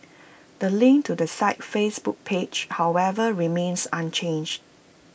the link to the site's Facebook page however remains unchanged